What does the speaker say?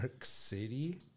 City